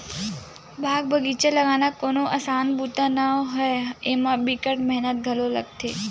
बाग बगिचा लगाना कोनो असान बूता नो हय, एमा बिकट मेहनत घलो लागथे